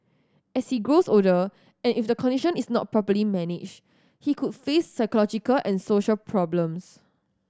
as he grows older and if the condition is not properly managed he could face psychological and social problems